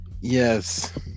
yes